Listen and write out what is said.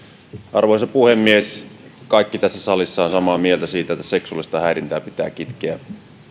arvoisa puhemies kaikki tässä salissa ovat samaa mieltä siitä että seksuaalista häirintää pitää kitkeä